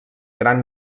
gran